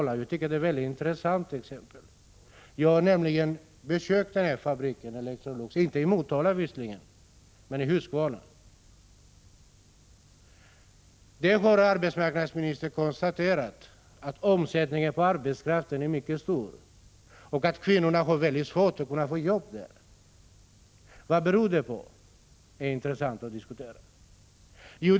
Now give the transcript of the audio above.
Jag tycker att det är ett väldigt intressant exempel. Jag har nämligen besökt en Electroluxfabrik, visserligen inte i Motala utan i Huskvarna. Arbetsmarknadsministern har konstaterat att omsättningen på arbetskraft är mycket stor där och att kvinnor har svårt att få jobb. Det kan vara intressant att diskutera vad detta beror på.